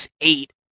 eight